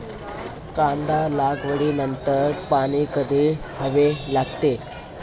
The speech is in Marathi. कांदा लागवडी नंतर पाणी कधी द्यावे लागते?